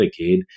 Medicaid